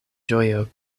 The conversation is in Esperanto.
ĝojo